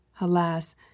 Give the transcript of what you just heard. Alas